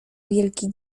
wielki